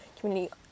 community